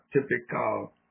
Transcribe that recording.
typical